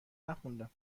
نخوندم